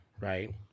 right